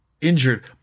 Injured